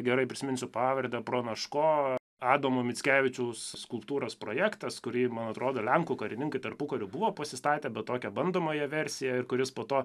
gerai prisiminsiu pavardę pranaško adomo mickevičiaus skulptūros projektas kurį man atrodo lenkų karininkai tarpukariu buvo pasistatę bet tokią bandomąją versiją ir kuris po to